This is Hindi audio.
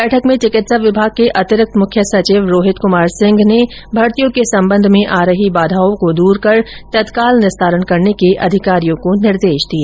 बैठक में चिकित्सा विभाग के अतिरिक्त मुख्य सचिव रोहित कमार संह ने भर्तियों के सम्बन्ध में आ रही बाधाओं को दूर कर तत्काल निस्तारण करने के अधिकारियों को निर्देश दिए